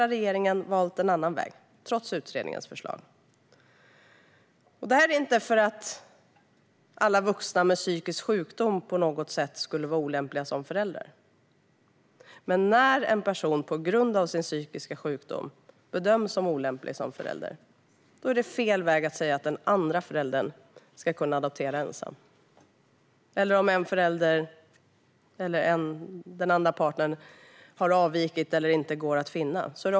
Regeringen har här valt en annan väg än utredningens förslag. Det handlar inte om att alla vuxna med psykisk sjukdom skulle vara olämpliga som föräldrar. Men när en person på grund av psykisk sjukdom bedöms olämplig som förälder är det fel att tillåta den andra föräldern att adoptera ensam. Likaså om den andra tilltänkta föräldern har avvikit eller inte går att finna.